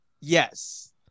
yes